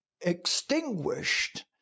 extinguished